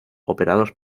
operados